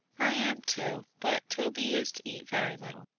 i am too. but toby is to eat very little.